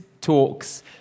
talks